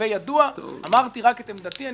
להווי ידוע שאמרתי רק את עמדתי.